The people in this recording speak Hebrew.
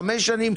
חמש שנים,